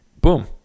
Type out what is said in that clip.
Boom